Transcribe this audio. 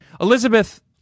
Elizabeth